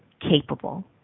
capable